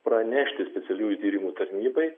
pranešti specialiųjų tyrimų tarnybai